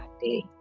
day